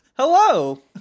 Hello